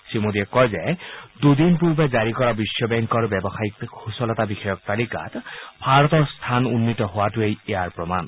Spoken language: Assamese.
শ্ৰীমোডীয়ে কয় যে দুদিন পূৰ্বে জাৰি কৰা বিশ্ব বেংকৰ ব্যৱসায়িক সূচলতা বিষয়ক তালিকাত ভাৰতৰ স্থান উন্নীত হোৱাটোৱে ইয়াৰ প্ৰমাণ